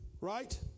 right